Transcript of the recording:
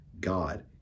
God